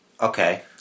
Okay